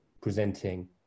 presenting